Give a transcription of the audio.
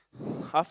half